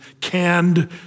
canned